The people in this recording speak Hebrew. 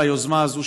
על היוזמה הזאת,